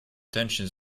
detention